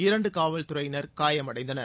இரண்டு காவல் துறையினர் காயமடைந்தனர்